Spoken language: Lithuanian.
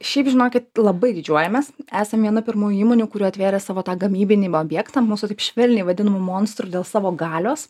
šiaip žinokit labai didžiuojamės esam viena pirmųjų įmonių kurių atvėrė savo tą gamybinį objektą mūsų taip švelniai vadinamu monstru dėl savo galios